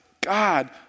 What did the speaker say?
God